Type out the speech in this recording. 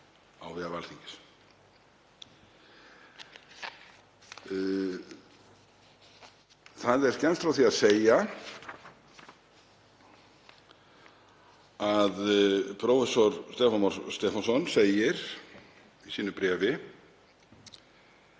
á vef Alþingis. Það er skemmst frá því að segja að prófessor Stefán Már Stefánsson segir í sínu bréfi